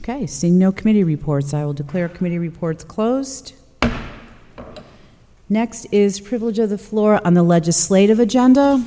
ok see no committee reports i will declare committee reports closed next is privilege of the floor on the legislative agenda